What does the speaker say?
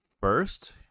first